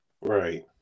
right